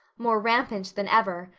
more rampant than ever,